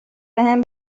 بهم